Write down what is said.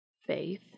Faith